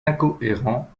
incohérents